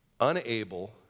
unable